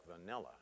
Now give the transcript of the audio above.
vanilla